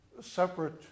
separate